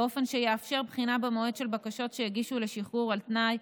באופן שיאפשר בחינה במועד של בקשות שהגישו לשחרור על תנאי,